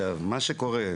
מה שקורה,